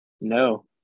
No